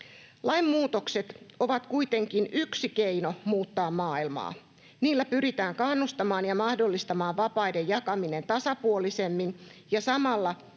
Lainmuutokset ovat kuitenkin yksi keino muuttaa maailmaa. Niillä pyritään kannustamaan ja mahdollistamaan vapaiden jakaminen tasapuolisemmin ja samalla